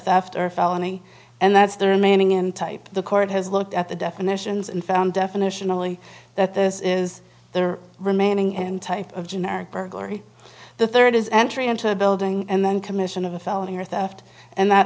theft or a felony and that's the remaining in type the court has looked at the definitions and found definitional and that this is their remaining and type of generic burglary the third is entry into a building and then commission of a felony or theft and that